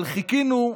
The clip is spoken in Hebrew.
אבל חיכינו,